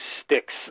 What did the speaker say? sticks